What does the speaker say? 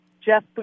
Jeff